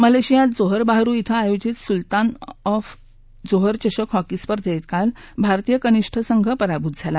मलेशियात Johor Bahru कें आयोजित सुलतान ऑफ जोहर चषक हॉकी स्पर्धेत काल भारतीय कनिष्ठ संघ पराभूत झाला